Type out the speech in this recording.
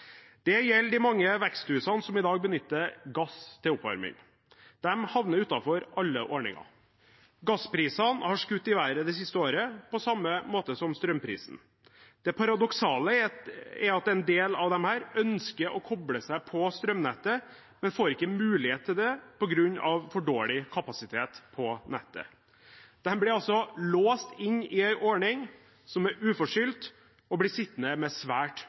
Det gjelder de mange veksthusene som i dag benytter gass til oppvarming. De havner utenfor alle ordninger. Gassprisene har skutt i været det siste året, på samme måte som strømprisen. Det paradoksale er at en del av disse ønsker å koble seg på strømnettet, men får ikke mulighet til det på grunn av for dårlig kapasitet på nettet. De blir altså uforskyldt låst inne i en ordning, og de blir sittende med svært